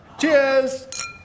Cheers